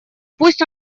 пусть